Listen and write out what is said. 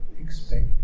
expect